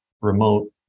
remote